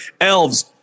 elves